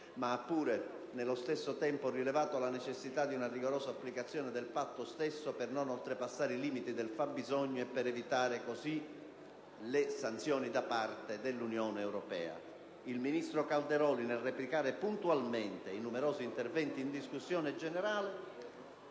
ma ha pure, nello stesso tempo, rilevato la necessità di una rigorosa applicazione del Patto stesso per non oltrepassare i limiti del fabbisogno e per evitare così sanzioni da parte dell'Unione europea. Il ministro Calderoli, nel replicare puntualmente ai numerosi interventi in discussione generale,